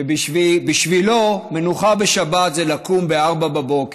שבשבילו מנוחה בשבת זה לקום ב-04:00,